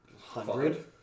Hundred